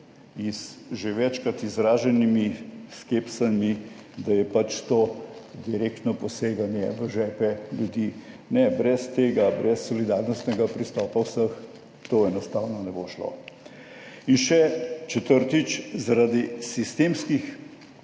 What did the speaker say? Iz že večkrat izraženimi skepsami, da je pač to direktno poseganje v žepe ljudi, ne brez tega, brez solidarnostnega pristopa vseh to enostavno ne bo šlo. In še četrtič, zaradi sistemskih